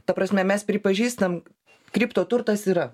ta prasme mes pripažįstam kriptoturtas yra